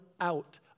out